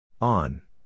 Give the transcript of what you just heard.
On